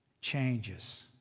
changes